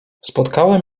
spotkałem